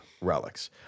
relics